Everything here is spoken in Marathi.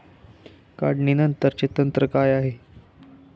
काढणीनंतरचे तंत्र काय आहे?